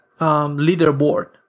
leaderboard